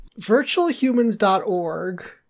Virtualhumans.org